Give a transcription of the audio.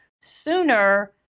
sooner